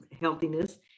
healthiness